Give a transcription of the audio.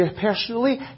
personally